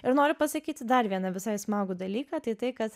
ir noriu pasakyti dar vieną visai smagų dalyką tai tai kad